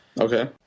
Okay